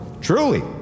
Truly